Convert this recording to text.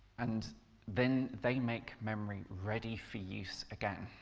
and then they make memory ready for use again.